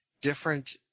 different